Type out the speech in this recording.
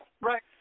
Right